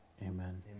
Amen